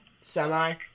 Semi